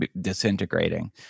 disintegrating